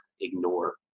ignore